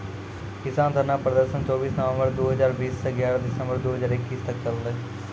किसान धरना प्रदर्शन चौबीस नवंबर दु हजार बीस स ग्यारह दिसंबर दू हजार इक्कीस तक चललै